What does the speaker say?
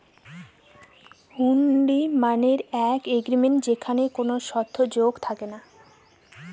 হুন্ডি মানে এক এগ্রিমেন্ট যেখানে কোনো শর্ত যোগ থাকে না